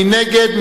מי נגד?